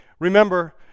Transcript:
Remember